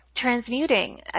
transmuting